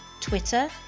Twitter